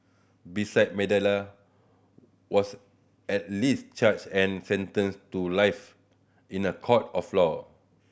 besides Mandela was at least charged and sentenced to life in a court of law